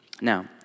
Now